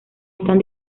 están